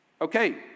Okay